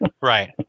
right